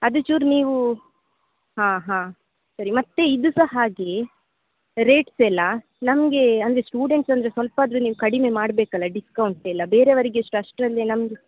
ಅದು ಚೂರು ನೀವು ಹಾಂ ಹಾಂ ಸರಿ ಮತ್ತೆ ಇದು ಸಹ ಹಾಗೆ ರೇಟ್ಸ್ ಎಲ್ಲ ನಮಗೆ ಅಂದರೆ ಸ್ಟೂಡೆಂಟ್ಸ್ ಅಂದರೆ ಸ್ವಲ್ಪ ಆದರೂ ನೀವು ಕಡಿಮೆ ಮಾಡಬೇಕಲ್ಲ ಡಿಸ್ಕೌಂಟ್ ಎಲ್ಲ ಬೇರೆಯವರಿಗೆಷ್ಟು ಅಷ್ಟರಲ್ಲೇ ನಮಗೆ